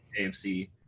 AFC